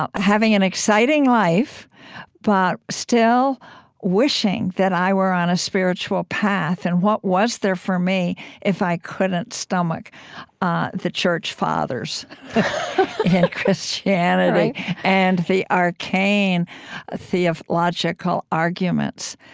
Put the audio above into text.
ah having an exciting life but still wishing that i were on a spiritual path and what was there for me if i couldn't stomach ah the church fathers in christianity and the arcane theological arguments?